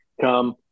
come